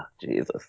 Jesus